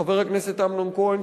חבר הכנסת אמנון כהן,